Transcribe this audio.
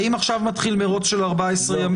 האם עכשיו מתחיל מרוץ של 14 ימים?